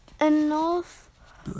enough